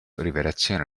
rivelazione